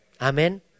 Amen